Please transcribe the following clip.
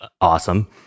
awesome